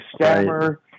stammer